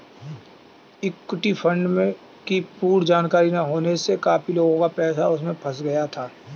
equity fund की पूर्ण जानकारी ना होने से काफी लोगों का पैसा उसमें फंस गया था